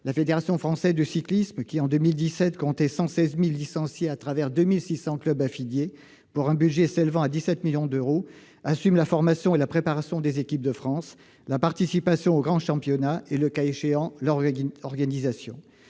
la Fédération française de cyclisme, la FFC, qui, en 2017, comptait 116 000 licenciés à travers 2 600 clubs affiliés pour un budget s'élevant à 17 millions d'euros, assume la formation et la préparation des équipes de France, la participation aux grands championnats et, le cas échéant, leur organisation.